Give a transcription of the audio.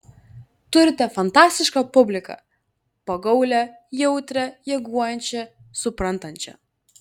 turite fantastišką publiką pagaulią jautrią reaguojančią suprantančią